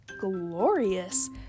glorious